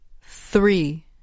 Three